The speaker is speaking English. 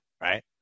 right